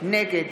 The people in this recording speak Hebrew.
נגד